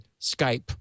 Skype